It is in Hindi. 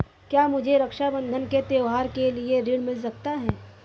क्या मुझे रक्षाबंधन के त्योहार के लिए ऋण मिल सकता है?